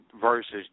versus